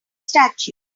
statue